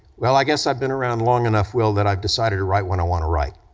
well, i guess i've been around long enough, will, that i've decided to write what i wanna write,